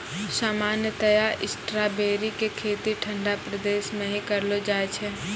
सामान्यतया स्ट्राबेरी के खेती ठंडा प्रदेश मॅ ही करलो जाय छै